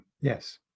Yes